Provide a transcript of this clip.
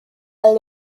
est